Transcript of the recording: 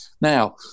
Now